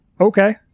okay